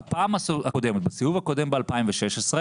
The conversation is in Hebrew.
בעוד עשר שנים, באיזה שהוא בית משפט בישראל,